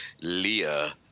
Leah